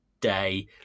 day